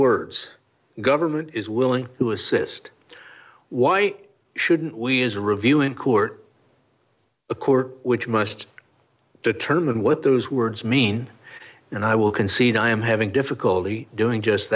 words government is willing to assist why shouldn't we as a review in court a court which must determine what those words mean and i will concede i am having difficulty doing just